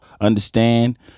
Understand